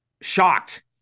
shocked